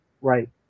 Right